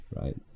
right